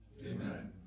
Amen